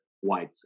white